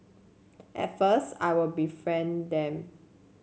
at first I would befriend them